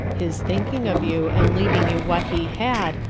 his thinking of you, and leaving you what he had,